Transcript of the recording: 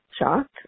shocked